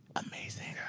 amazing. yeah.